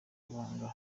ibanga